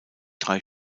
drei